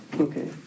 Okay